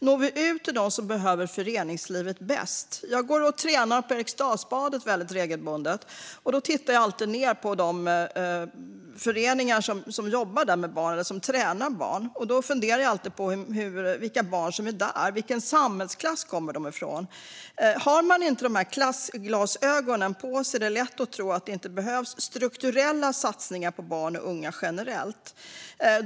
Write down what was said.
Når vi ut till dem som behöver föreningslivet bäst? Jag går och tränar på Eriksdalsbadet väldigt regelbundet. Då tittar jag alltid på de föreningar där som jobbar med eller tränar barn. Jag funderar alltid på vilka barn som är där och vilken samhällsklass de kommer ifrån. Har man inte de här klassglasögonen på sig är det lätt att tro att det inte behövs strukturella satsningar på barn och unga generellt.